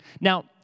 Now